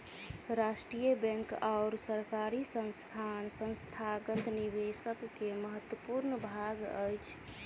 राष्ट्रीय बैंक और सरकारी संस्थान संस्थागत निवेशक के महत्वपूर्ण भाग अछि